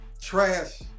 Trash